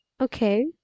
Okay